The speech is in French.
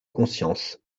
conscience